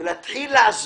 כדי להתחיל להסביר: